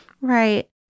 Right